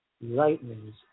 lightnings